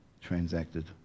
transacted